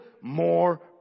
more